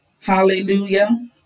Hallelujah